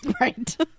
Right